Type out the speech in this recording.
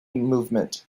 movement